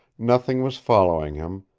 nothing was following him,